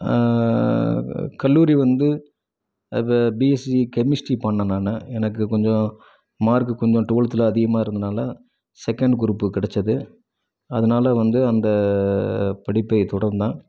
கல்லூரி வந்து அ ப பிஎஸ்சி கெமிஸ்டி பண்ணேன் நான் எனக்கு கொஞ்சம் மார்க்கு கொஞ்சம் டுவெல்த்தில் அதிகமாக இருந்ததினால செகண்டு குரூப்பு கிடச்சது அதனால வந்து அந்த படிப்பை தொடர்ந்தேன்